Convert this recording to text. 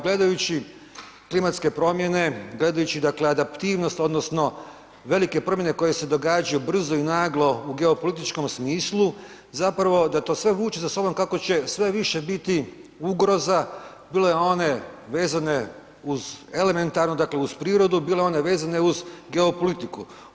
Gledajući klimatske promjene, gledajući dakle adaptivnost odnosno velike promjene koje se događaju brzo i naglo u geopolitičkom smislu zapravo da to sve vuče sa sobom kako će sve više biti ugroza bile one vezane uz elementarno, dakle uz prirodu, bile one vezane uz geopolitiku.